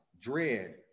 dread